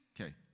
Okay